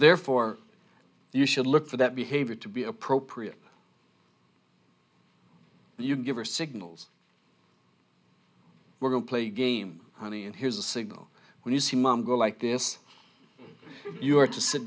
therefore you should look for that behavior to be appropriate you give her signals we're going play a game honey and here's a signal when you see mom go like this you have to sit